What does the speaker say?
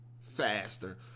faster